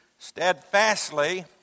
steadfastly